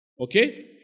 Okay